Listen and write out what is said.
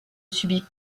subit